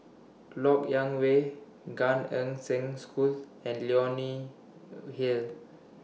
Lok Yang Way Gan Eng Seng School and Leonie Hill